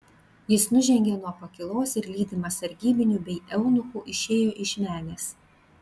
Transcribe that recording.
jis nužengė nuo pakylos ir lydimas sargybinių bei eunuchų išėjo iš menės